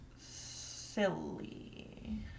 silly